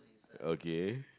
okay